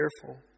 careful